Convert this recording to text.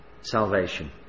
salvation